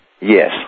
Yes